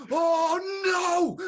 oh, no,